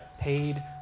paid